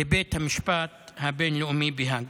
לבית המשפט הבין-לאומי בהאג.